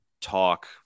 talk